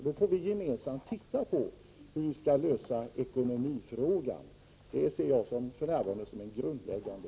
Vi får gemensamt titta på hur vi skall lösa ekonomifrågan. Den ser jag för närvarande som grundläggande.